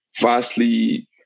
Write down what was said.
vastly